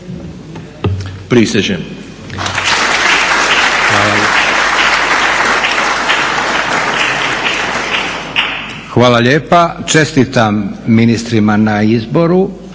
(SDP)** Hvala lijepa. Čestitam ministrima na izboru